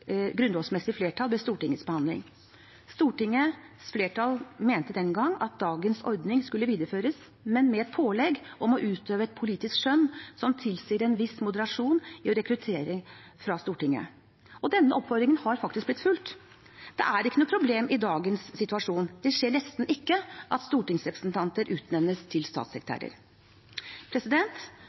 flertall ved Stortingets behandling. Stortingets flertall mente den gang at dagens ordning skulle videreføres, men med pålegg om å utøve et politisk skjønn som tilsier en viss moderasjon i å rekruttere fra Stortinget. Denne oppfordringen har faktisk blitt fulgt. Det er ikke noe problem i dagens situasjon, det skjer nesten ikke at stortingsrepresentanter utnevnes til statssekretærer.